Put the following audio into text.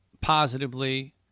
positively